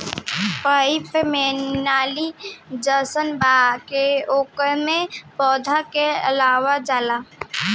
pipe के नाली जइसन बना के ओइमे पौधा के लगावल जाला